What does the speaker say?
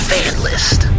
FanList